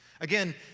Again